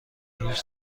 هیچ